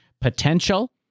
potential